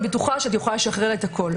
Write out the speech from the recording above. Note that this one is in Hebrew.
את בטוחה שאת יכולה לשחרר הכול.